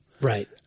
Right